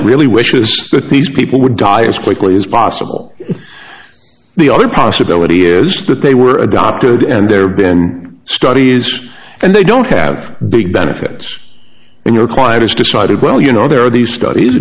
really wish is that these people would die as quickly as possible the other possibility is that they were adopted and there been studies and they don't have big benefits that your client has decided well you know there are these studies